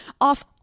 off